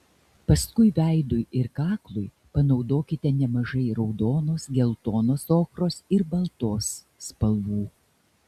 paskui veidui ir kaklui panaudokite nemažai raudonos geltonos ochros ir baltos spalvų